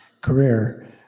career